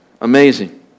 Amazing